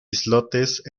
islotes